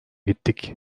gittik